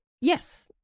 Yes